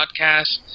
podcast